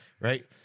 right